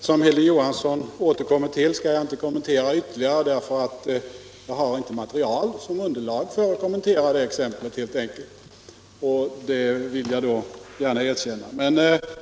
Herr talman! Jag skall inte ytterligare kommentera det exempel som Hilding Johansson återkommer till, helt enkelt därför att jag inte har material som underlag för att göra det. Det vill jag gärna erkänna.